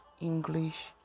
English